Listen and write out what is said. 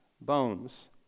bones